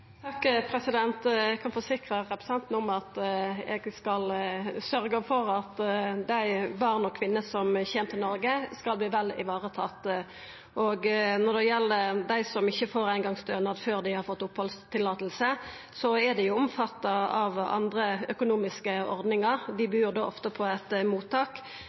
Eg kan forsikra representanten om at eg skal sørgja for at dei barna og kvinnene som kjem til Noreg, skal bli godt varetatt. Når det gjeld dei som ikkje får eingongsstønad før dei har fått opphaldsløyve, er dei omfatta av andre økonomiske ordningar. Dei bur ofte på eit mottak